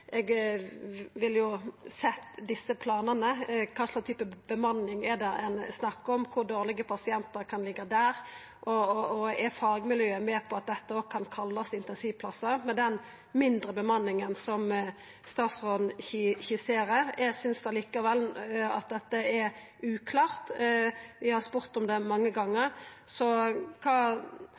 snakkar om, kor dårlege pasientar kan liggja der, og er fagmiljøet med på at dette kan kallast intensivplassar, med den lågare bemanninga som statsråden skisserer? Eg synest likevel at dette er uklart. Vi har spurt om det mange gonger. Kva